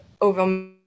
over